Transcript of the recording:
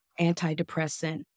antidepressant